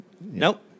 Nope